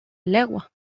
leguas